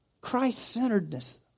Christ-centeredness